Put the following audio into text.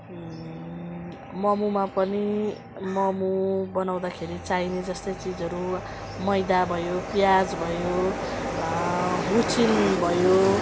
मोमोमा पनि मोमो बनाउँदाखेरि चाहिने जस्तै चिजहरू मैदा भयो प्याज भयो हुचिङ भयो